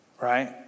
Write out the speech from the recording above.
right